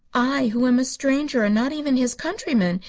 i who am a stranger and not even his countryman,